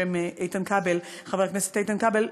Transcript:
בשם חבר הכנסת איתן כבל,